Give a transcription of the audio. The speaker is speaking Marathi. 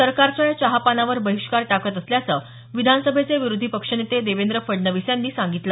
सरकारच्या या चहापानावर बहिष्कार टाकत असल्याचं विधानसभेचे विरोधी पक्षनेते देवेंद्र फडणवीस यांनी सांगितलं